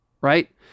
right